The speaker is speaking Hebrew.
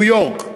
ניו-יורק,